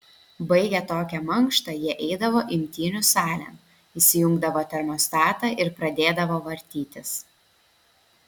baigę tokią mankštą jie eidavo imtynių salėn įsijungdavo termostatą ir pradėdavo vartytis